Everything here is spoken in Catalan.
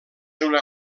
una